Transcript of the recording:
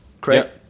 Correct